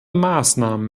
maßnahmen